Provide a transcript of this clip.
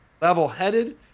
Level-headed